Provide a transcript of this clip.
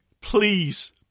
please